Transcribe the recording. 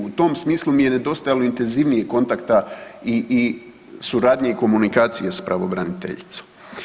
U tom smislu mi je nedostajalo intenzivnijeg kontakta i suradnje i komunikacije s pravobraniteljicom.